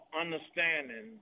understanding